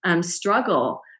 struggle